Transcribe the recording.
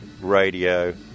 radio